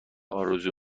آرزو